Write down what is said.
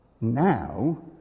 Now